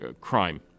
crime